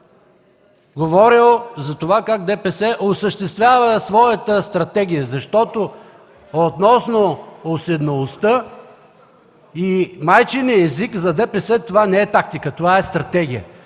говорил как ДПС осъществява своята стратегия. Относно уседналостта и майчиния език за ДПС това не е тактика, това е стратегия,